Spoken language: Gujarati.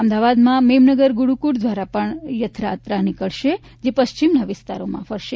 અમદાવાદમાં મેમનગર ગુરુકુલ દ્વારા પણ રથયાત્રા નીકળશે અને તે પશ્ચિમના વિસ્તારોમાં ફરશે